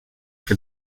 for